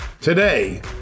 Today